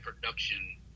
production